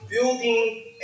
building